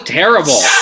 terrible